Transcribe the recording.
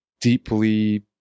deeply